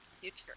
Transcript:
future